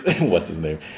What's-his-name